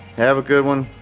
have a good one,